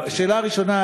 השאלה הראשונה,